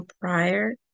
prior